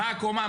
מה הקומה,